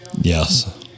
Yes